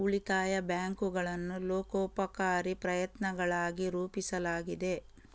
ಉಳಿತಾಯ ಬ್ಯಾಂಕುಗಳನ್ನು ಲೋಕೋಪಕಾರಿ ಪ್ರಯತ್ನಗಳಾಗಿ ರೂಪಿಸಲಾಗಿದೆ